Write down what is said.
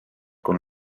con